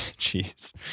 jeez